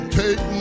take